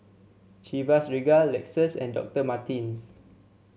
Chivas Regal Lexus and Doctor Martens